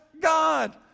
God